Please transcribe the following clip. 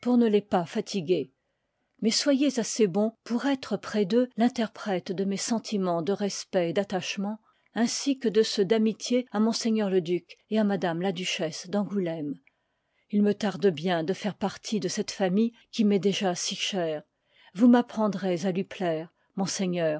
ne les pas fatiguer mais soyez assez bon pour être près d'eux l'interprète de mes sentimens de respect et d'attachement ainsi que de ceux d'amitié à m le duc et à m la duchesse d'angouléme il me tarde bien de faire partie de cette famille qui m'est déjà si chère vous m'apprendrez à lui plaire monseigneur